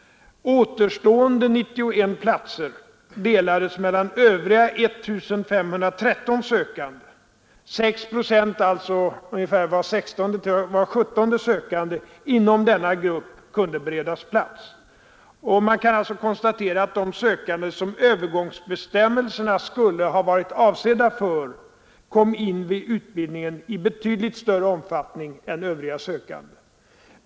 Återstående 91 platser delades mellan övriga 1513 sökande. 6 procent eller ungefär var 16:e eller 17:e sökande inom denna grupp kunde beredas plats. Man kan alltså konstatera att de sökande som övergångsbestämmelserna skulle ha varit avsedda för blev antagna till utbildningen i betydligt större omfattning än övriga sökande.